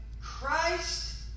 Christ